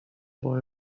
boy